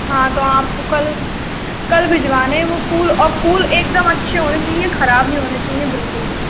हाँ तो आपको कल कल भिजवाने हैं वो फूल और फूल एकदम अच्छे होने चाहिए खराब नहीं होने चाहिए बिल्कुल भी